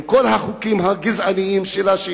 עם כל החוקים הגזעניים שלה,